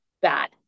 bad